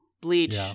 Bleach